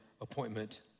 appointment